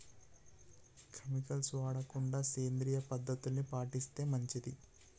chemicals వాడకుండా సేంద్రియ పద్ధతుల్ని పాటిస్తే మంచిది